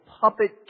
puppet